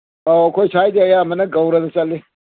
ꯑꯥꯎ ꯑꯩꯈꯣꯏ ꯁ꯭ꯋꯥꯏꯗꯤ ꯑꯌꯥꯝꯕꯅ ꯒꯧꯔꯗ ꯆꯠꯂꯤ